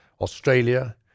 Australia